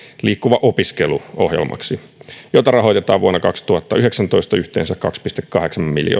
liikkuva opiskelu ohjelmaksi jota rahoitetaan vuonna kaksituhattayhdeksäntoista yhteensä kaksi pilkku kahdeksan miljoonaa euroa